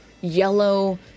yellow